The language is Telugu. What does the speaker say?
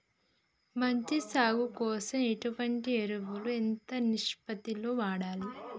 మంచి సాగు కోసం ఎటువంటి ఎరువులు ఎంత నిష్పత్తి లో వాడాలి?